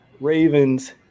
Ravens